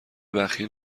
بخیل